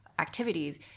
Activities